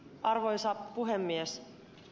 arvoisa puhemies